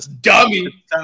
dummy